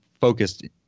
focused